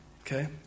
okay